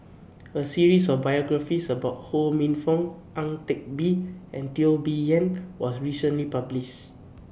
A series of biographies about Ho Minfong Ang Teck Bee and Teo Bee Yen was recently published